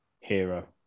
hero